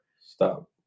Stop